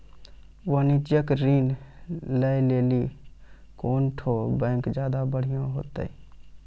वाणिज्यिक ऋण लै लेली कोन ठो बैंक ज्यादा बढ़िया होतै?